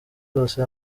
zose